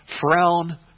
frown